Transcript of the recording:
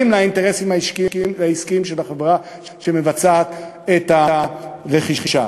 לאינטרסים העסקיים של החברה שמבצעת את הרכישה.